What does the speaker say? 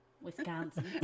Wisconsin